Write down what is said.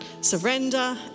Surrender